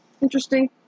interesting